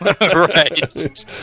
Right